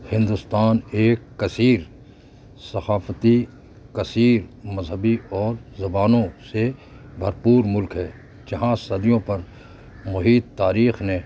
ہندوستان ایک کثیر ثقافتی کثیر مذہبی اور زبانوں سے بھرپور ملک ہے جہاں صدیوں پر محیط تاریخ نے